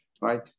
right